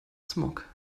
smog